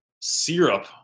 syrup